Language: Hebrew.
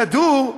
הכדור,